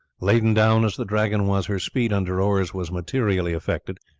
laden down as the dragon was, her speed under oars was materially affected,